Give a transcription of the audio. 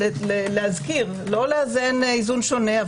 לא לאזן איזון שונה,